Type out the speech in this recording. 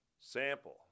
Sample